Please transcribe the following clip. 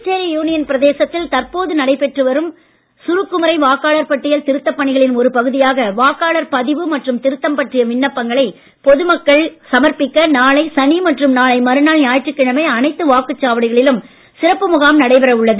Puducherry union பிரதேசத்தில் தற்போது நடைபெற்று வரும் சுருக்குமுறை வாக்காளர் பட்டியல் திருத்தப் பணிகளின் ஒரு பகுதியாக வாக்காளர் பதிவு மற்றும் திருத்தம் பற்றிய விண்ணப்பங்களை பொதுமக்கள் சமர்ப்பிக்க நாளை சனி மற்றும் நாளை மறுநாள் ஞாயிற்றுக் கிழமை அனைத்து வாக்குச் சாவடிகளிலும் சிறப்பு முகாம் நடைபெற உள்ளது